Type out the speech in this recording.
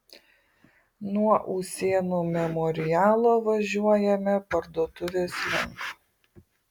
nuo usėnų memorialo važiuojame parduotuvės link